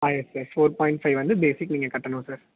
ஆ yes sir four point five வந்து basic நீங்கள் கட்டணும் சார்